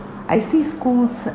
I see schools